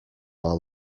are